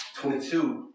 22